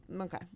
okay